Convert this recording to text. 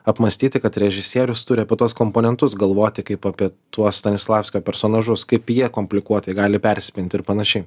apmąstyti kad režisierius turi apie tuos komponentus galvoti kaip apie tuos stanislavskio personažus kaip jie komplikuotai gali persipinti ir panašiai